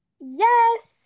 Yes